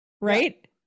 right